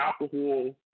Alcohol